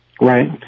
right